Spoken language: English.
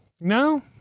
No